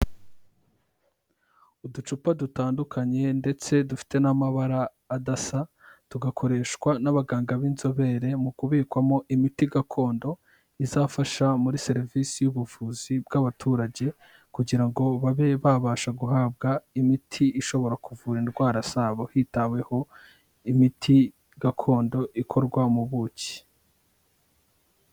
Uducupa dutandukanye ndetse dufite n'amabara adasa tugakoreshwa n'abaganga b'inzobere mu kubikwamo imiti gakondo izafasha muri serivisi y'ubuvuzi bw'abaturage kugira ngo babe babasha guhabwa imiti ishobora kuvura indwara zabo hitaweho imiti gakondo ikorwa mu buki.